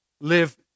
live